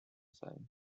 signs